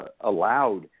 allowed